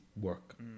work